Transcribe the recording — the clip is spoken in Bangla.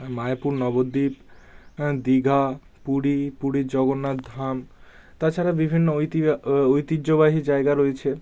মায়াপুর নবদ্বীপ দীঘা পুরী পুরীর জগন্নাথ ধাম তাছাড়া বিভিন্ন ঐতি ঐতিহ্যবাহী জায়গা রয়েছে